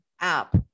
app